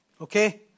okay